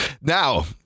now